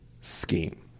scheme